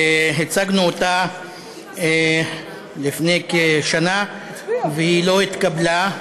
הצגנו אותה לפני כשנה והיא לא התקבלה.